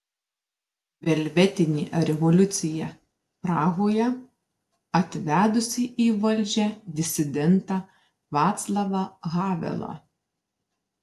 velvetinė revoliucija prahoje atvedusi į valdžią disidentą vaclavą havelą